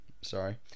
sorry